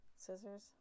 Scissors